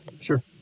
Sure